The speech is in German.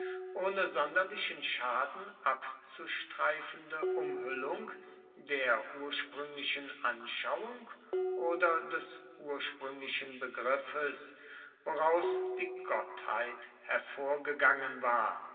ohne sonderlichen schaden abzustreifende umhüllung der ursprünglichen anschauung oder des ursprünglichen begriffes woraus die gottheit hervorgegangen war